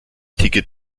ticket